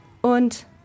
Und